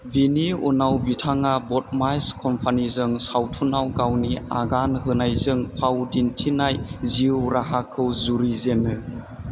बिनि उनाव बिथाङा बदमाश कम्पानिजों सावथुनाव गावनि आगान होनायजों फाव दिन्थिनाय जिउ राहाखौ जुरिजेनो